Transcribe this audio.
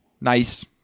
nice